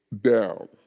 down